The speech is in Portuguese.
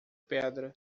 pedra